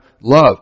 love